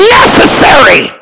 necessary